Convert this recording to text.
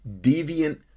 deviant